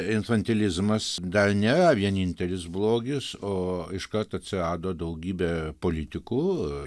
infantilizmas dar nėra vienintelis blogis o iškart atsirado daugybė politikų